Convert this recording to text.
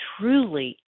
truly